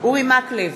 אורי מקלב,